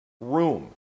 room